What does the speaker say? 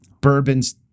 bourbon's